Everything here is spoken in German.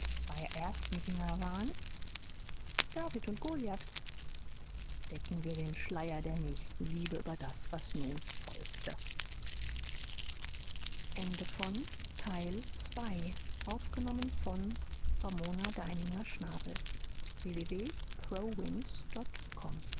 zwei ersten jünger waren david und goliath decken wir den schleier der nächstenliebe über das was nun folgte